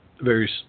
various